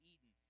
Eden